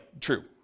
true